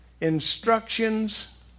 instructions